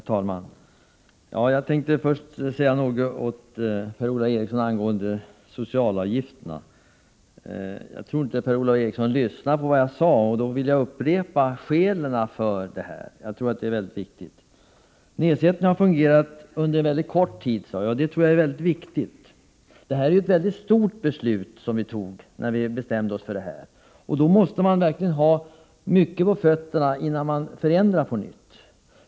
Herr talman! Jag vill först säga något till Per-Ola Eriksson angående socialavgifterna. Jag tror inte att Per-Ola Eriksson lyssnade på vad jag sade, och jag vill därför upprepa skälen. Nedsättningen av socialavgifterna har fungerat under mycket kort tid, sade jag, och det tror jag är väldigt viktigt att ha i åtanke. Det var ett mycket stort beslut som vi fattade när vi bestämde oss för detta. Då måste man verkligen ha mycket på fötterna innan man ändrar på nytt.